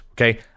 Okay